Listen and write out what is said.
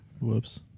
Whoops